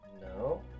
No